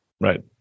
Right